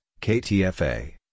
KTFA